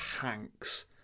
tanks